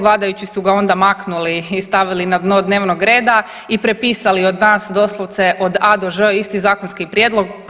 Vladajući su ga onda maknuli i stavili na dno dnevnog reda i prepisali od nas doslovce od „a“ do „ž“ isti zakonski prijedlog.